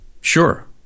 sure